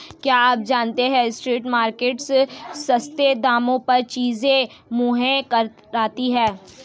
क्या आप जानते है स्ट्रीट मार्केट्स सस्ते दामों पर चीजें मुहैया कराती हैं?